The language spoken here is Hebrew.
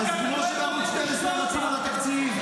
אז כמו שערוץ 12 רצים על התקציב,